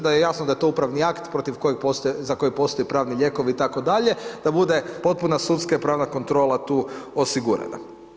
Da je jasno da je to upravni akt, za kojeg postoje pravni lijekovi itd., da bude potpuna sudska i pravna kontrola tu osigurana.